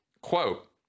Quote